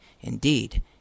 indeed